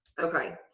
okay!